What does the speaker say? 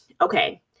Okay